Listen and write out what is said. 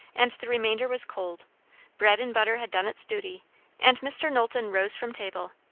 and the remainder was cold bread and butter had done its duty and mr. knowlton rose from table.